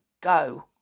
go